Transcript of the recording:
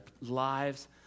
lives